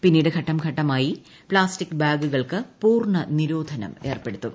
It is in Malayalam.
പിന്നീട് ഘട്ടംഘട്ടമായി പ്ലാസ്റ്റിക് ബാഗുകൾക്ക് പൂർണ്ണ നിരോധനം ഏർപ്പെടുത്തും